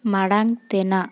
ᱢᱟᱲᱟᱝ ᱛᱮᱱᱟᱜ